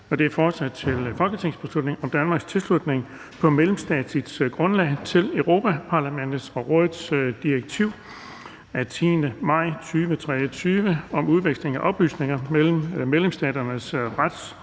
B 21: Forslag til folketingsbeslutning om Danmarks tilslutning på mellemstatsligt grundlag til Europa-Parlamentets og Rådets direktiv (EU) 2023/977 af 10. maj 2023 om udveksling af oplysninger mellem medlemsstaternes